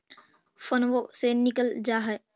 फोनवो से निकल जा है?